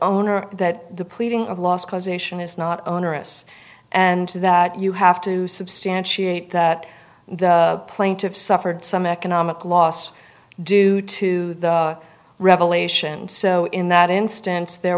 owner that the pleading of lost causation is not onerous and that you have to substantiate that the plaintiff suffered some economic loss due to the revelation so in that instance there